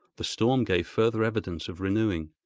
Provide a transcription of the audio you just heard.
the storm gave further evidence of renewing,